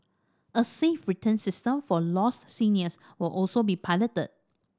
a safe return system for lost seniors will also be piloted